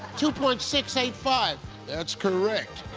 two point six eight five that's correct.